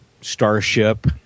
Starship